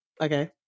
Okay